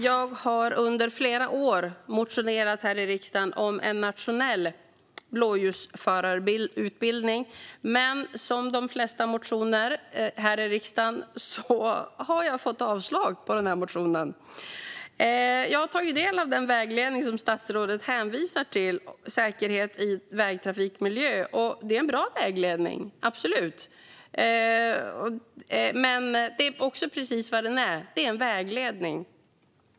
Jag har under flera år motionerat här i riksdagen om en nationell blåljusförarutbildning, men som fallet är med de flesta motioner här i riksdagen har jag fått avslag på denna motion. Jag har tagit del av den vägledning, Säkerhet i vägtrafikmiljö , som statsrådet hänvisar till. Det är absolut en bra vägledning. Men det är också precis vad den är - en vägledning.